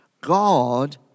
God